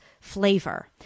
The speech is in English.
flavor